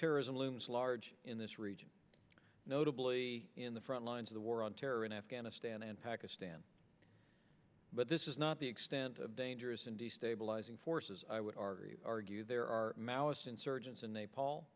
terrorism looms large in this region notably in the front lines of the war on terror in afghanistan and pakistan but this is not the extent of dangerous and destabilizing forces i would argue there are maoist insurgents in naipaul